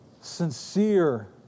sincere